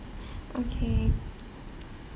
okay